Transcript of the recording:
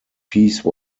peace